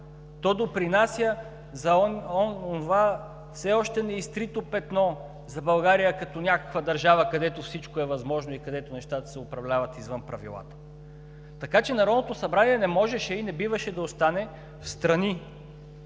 то допринася за онова все още неизтрито петно за България като някаква държава, където всичко е възможно и където нещата се управляват извън правилата. Така че Народното събрание не можеше и не биваше да остане встрани